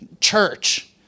church